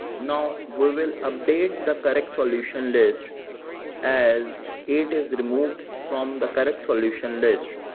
now, we will update the correct solution list as eight is removed from the correct solution list.